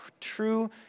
true